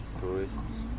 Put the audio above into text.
tourists